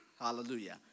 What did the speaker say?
Hallelujah